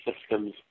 systems